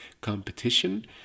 competition